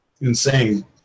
insane